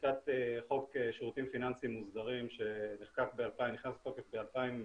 חקיקת חוק שירותים פיננסיים מוסדרים שחוקק ב-2016,